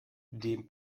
dem